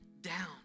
down